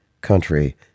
country